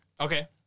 Okay